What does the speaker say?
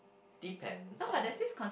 depends on